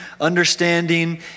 understanding